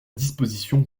disposition